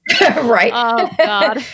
right